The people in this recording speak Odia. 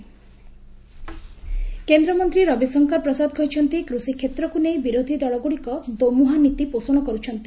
ରବିଶଙ୍କର ପ୍ରସାଦ କେନ୍ଦ୍ରମନ୍ତ୍ରୀ ରବିଶଙ୍କର ପ୍ରସାଦ କହିଚ୍ଚନ୍ତି କୃଷିକ୍ଷେତ୍ରକୁ ନେଇ ବିରୋଧୀ ଦଳଗୁଡ଼ିକ ଦୋମୁହାଁ ନୀତି ପୋଷଣ କରୁଛନ୍ତି